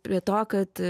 prie to kad